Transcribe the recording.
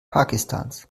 pakistans